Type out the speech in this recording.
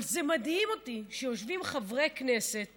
אבל מדהים אותי שיושבים חברי כנסת